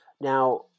now